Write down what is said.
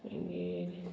मागीर